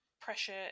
pressure